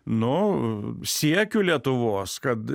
nu siekių lietuvos kad